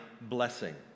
blessing